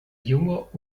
junger